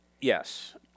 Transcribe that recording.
Yes